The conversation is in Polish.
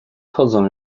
chodzą